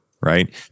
right